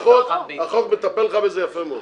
החוק מטפל בזה יפה מאוד.